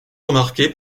remarquer